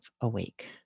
awake